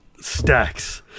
Stacks